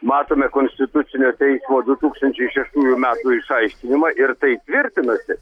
matome konstitucinio teismo du tūkstančiai šeštųjų metų išaiškinimą ir tai tvirtinasi